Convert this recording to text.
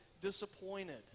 disappointed